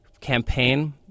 campaign